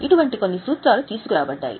ఇటువంటి కొన్ని సూత్రాలు తీసుకురాబడ్డాయి